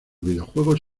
videojuegos